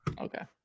Okay